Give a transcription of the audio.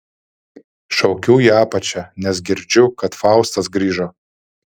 šaukiu į apačią nes girdžiu kad faustas grįžo